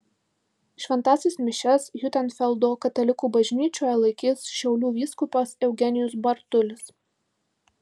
šventąsias mišias hiutenfeldo katalikų bažnyčioje laikys šiaulių vyskupas eugenijus bartulis